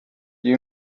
you